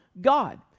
God